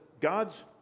God's